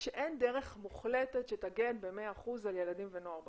שאין דרך מוחלטת שתגן ב-100% על ילדים ונוער ברשת.